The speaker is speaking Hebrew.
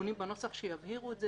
תיקונים בנוסח שיבהירו את זה,